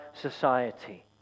society